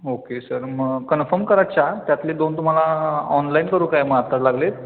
okay sir मग confirm करा चार त्यातले दोन तुम्हाला ऑनलाईन करू काय मग आता लागलीच